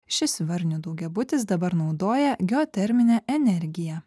šis varnių daugiabutis dabar naudoja geoterminę energiją